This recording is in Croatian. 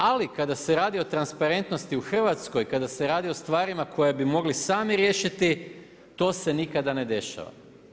Ali kada se radi o transparentnosti u Hrvatskoj, kada se radi o stvarima koje bi mogli sami riješiti to se nikada ne dešava.